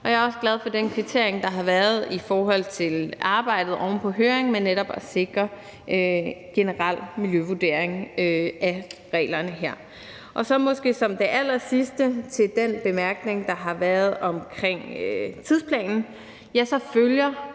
og jeg er også glad for den kvittering, der har været for arbejdet oven på høringen med netop at sikre en generel miljøvurdering af reglerne her. Så vil jeg måske som det allersidste sige til den bemærkning, der har været om tidsplanen, at det